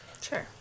Sure